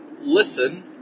listen